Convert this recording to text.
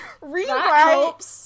Rewrite